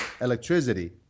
electricity